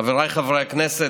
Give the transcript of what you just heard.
חבריי חברי הכנסת,